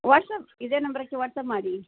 WhatsApp ಇದೇ ನಂಬರ್ಗೆ WhatsApp ಮಾಡಿ